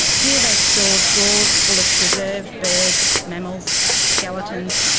here they stored drawers full of preserved birds, mammals, skeletons,